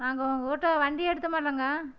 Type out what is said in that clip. நாங்கள் உங்கள் கிட்டே வண்டி எடுத்தோமில்லங்க